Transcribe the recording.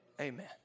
Amen